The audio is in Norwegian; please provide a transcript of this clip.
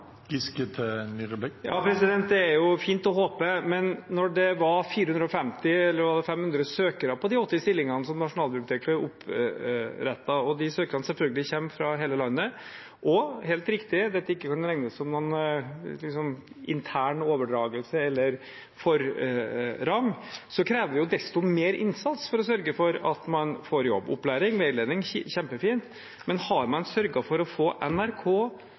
jeg er en god start. Det er ikke alltid vi har fått til den typen løft fra Nasjonalbibliotekets side, så det ligger et grunnlag her , og jeg håper at de fleste får seg ny jobb ganske fort. Det er jo fint å håpe, men når det var 450, eller var det 500, søkere til de 80 stillingene som Nasjonalbiblioteket opprettet, og de søkerne selvfølgelig kommer fra hele landet, og – helt riktig – dette ikke kan regnes som noen intern overdragelse eller forrang, krever det desto mer innsats for